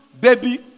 baby